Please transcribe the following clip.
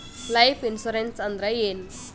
Life insurance ಅಂದ್ರ ಏನ?